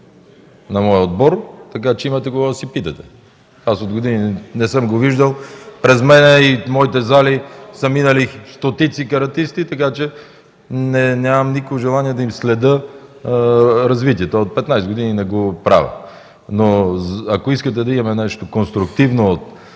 на моя отбор, така че имате кого да си питате. Не съм го виждал от години. През мен и моите зали са минали стотици каратисти. Нямам никакво желание да им следя развитието, от 15 години не го правя. Ако искате да имаме нещо конструктивно от